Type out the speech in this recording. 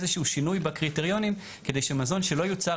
איזשהו שינוי בקריטריונים כדי שמזון שלא יוצר